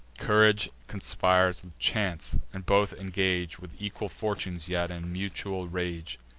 courage conspires with chance, and both ingage with equal fortune yet, and mutual rage.